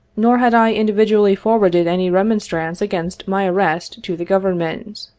nor had i individually forwarded any remonstrance against my arrest to the government,